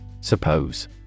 Suppose